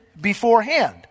beforehand